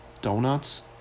donuts